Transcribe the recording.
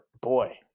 boy